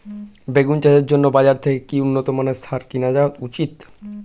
বেগুন চাষের জন্য বাজার থেকে কি উন্নত মানের সার কিনা উচিৎ?